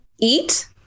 eat